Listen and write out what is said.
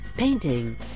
Painting